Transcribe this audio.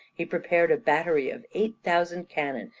he prepared a battery of eight thousand cannon,